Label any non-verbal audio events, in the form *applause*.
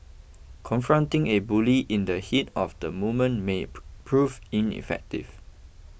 confronting a bully in the heat of the moment may *noise* prove ineffective